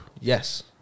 Yes